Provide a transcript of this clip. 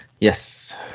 Yes